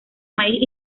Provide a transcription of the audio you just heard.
maíz